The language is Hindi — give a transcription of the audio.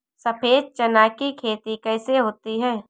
सफेद चना की खेती कैसे होती है?